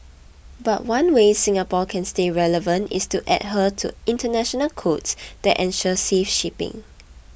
but one way Singapore can stay relevant is to adhere to international codes that ensure safe shipping